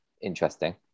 Interesting